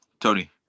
tony